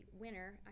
winner